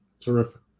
terrific